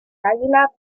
águila